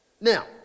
Now